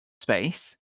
space